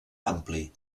ampli